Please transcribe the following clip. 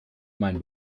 mein